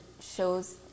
shows